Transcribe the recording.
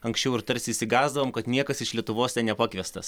anksčiau ir tarsi išsigąsdavom kad niekas iš lietuvos ten nepakviestas